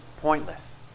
pointless